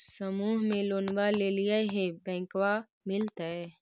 समुह मे लोनवा लेलिऐ है बैंकवा मिलतै?